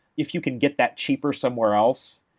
if you can get that cheaper somewhere else,